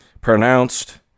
pronounced